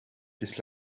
this